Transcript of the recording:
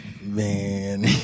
man